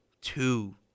two